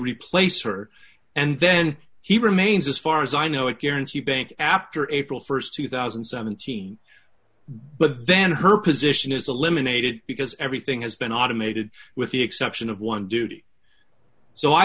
replace her and then he remains as far as i know it guaranteed bank after april st two thousand and seventeen but then her position is a limb unaided because everything has been automated with the exception of one duty so i